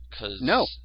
No